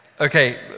okay